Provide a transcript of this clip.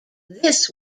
this